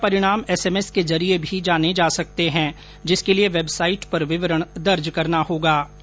परीक्षा परिणाम एसएमएस के जरिये भी जाने जा सकते हैं जिसके लिए वेबसाइट पर विवरण दर्ज करना होगा